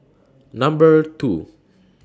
Number two